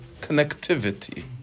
connectivity